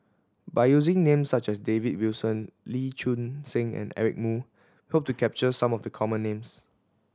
by using names such as David Wilson Lee Choon Seng and Eric Moo hope to capture some of the common names